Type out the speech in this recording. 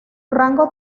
rango